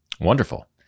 Wonderful